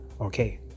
Okay